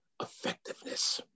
effectiveness